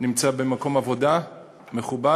נמצא במקום עבודה מכובד,